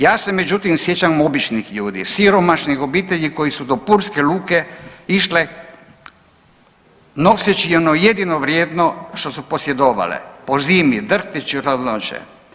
Ja se međutim sjećam običnih ljudi, siromašnih obitelji koji su do pulske luke išle noseći ono jedino vrijedno što su posjedovale po zimi drhteći od hladnoće.